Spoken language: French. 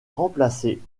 remplacer